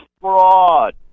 fraud